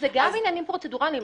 זה גם עניינים פרוצדורליים,